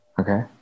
Okay